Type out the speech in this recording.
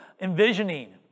envisioning